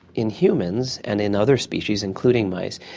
in humans and in other species, including mice,